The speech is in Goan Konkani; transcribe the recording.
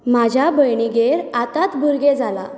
म्हज्या भयणीगेर आत्तांच भुरगें जालां